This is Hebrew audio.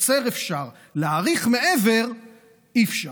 לקצר אפשר, להאריך מעבר אי-אפשר.